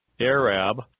Arab